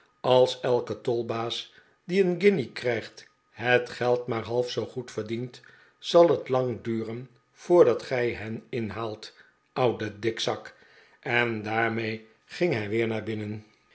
als elke tolbaas die een guinje krijgt het geld maar half zoo goed verdient zal het lang duren voordat gij hen inhaalt oude dikzakl en daarmee ging hij weer naar binnen